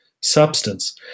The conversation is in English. substance